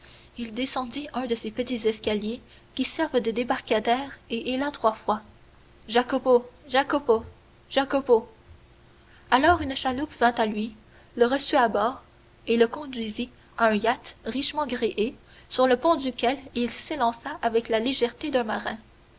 il descendit un de ces petits escaliers qui servent de débarcadère et héla trois fois jacopo jacopo jacopo alors une chaloupe vint à lui le reçut à bord et le conduisit à un yacht richement gréé sur le pont duquel il s'élança avec la légèreté d'un marin